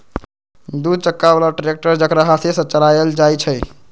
दू चक्का बला ट्रैक्टर जेकरा हाथे से चलायल जाइ छइ